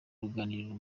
ruganiriro